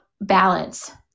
balance